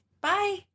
Bye